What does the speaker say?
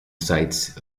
sites